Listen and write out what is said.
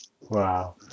wow